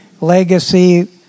legacy